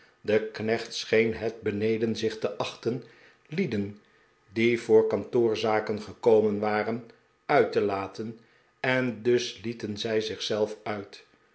de knecht scheen het beneden zich te achten lieden die voor kantoorzaken gekomen waren uit te laten en dus lieten zij zich zelf uit